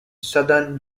southern